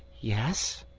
yes.